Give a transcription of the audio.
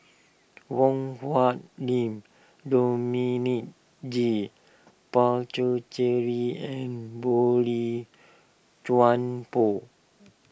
Wong Hung Lim Dominic G Puthucheary and Boey Chuan Poh